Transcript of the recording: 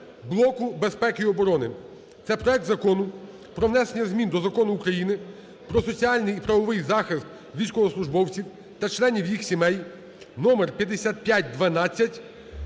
блоку безпеки і оборони – це проект Закону про внесення змін до Закону України "Про соціальний і правовий захист військовослужбовців та членів їх сімей" (№5512)